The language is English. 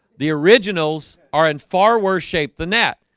the originals are in far worse shape than that.